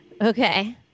Okay